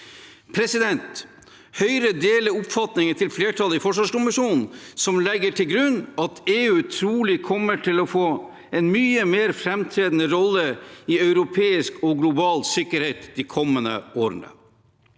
med EU. Høyre deler oppfatningen til flertallet i forsvarskommisjonen, som legger til grunn at EU trolig kommer til å få en mye mer framtredende rolle i europeisk og global sikkerhet de kommende årene.